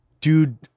Dude